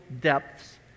depths